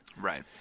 right